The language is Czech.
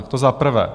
To za prvé.